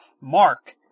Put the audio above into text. Mark